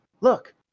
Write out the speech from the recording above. look